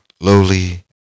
lowly